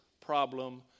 problem